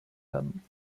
werden